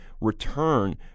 return